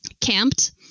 camped